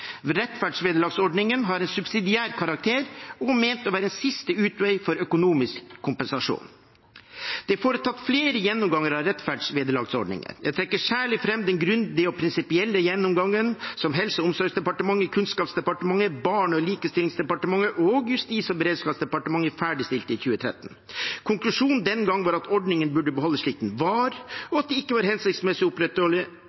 har en subsidiær karakter og er ment å være siste utvei for økonomisk kompensasjon. Det er foretatt flere gjennomganger av rettferdsvederlagsordningen. Jeg trekker særlig fram den grundige og prinsipielle gjennomgangen som Helse- og omsorgsdepartementet, Kunnskapsdepartementet, Barne- og likestillingsdepartementet og Justis- og beredskapsdepartementet ferdigstilte i 2013. Konklusjonen den gang var at ordningen burde beholdes slik den var,